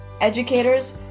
educators